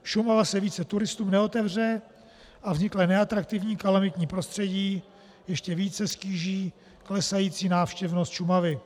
Šumava se více turistům neotevře a vzniklé neatraktivní kalamitní prostředí ještě více ztíží klesající návštěvnost Šumavy.